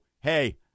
hey